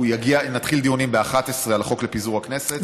נתחיל ב-11:00 דיונים על החוק לפיזור הכנסת.